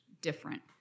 different